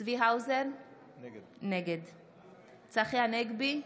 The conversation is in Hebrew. צבי האוזר, נגד צחי הנגבי,